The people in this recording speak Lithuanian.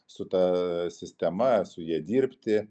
su ta sistema su ja dirbti